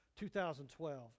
2012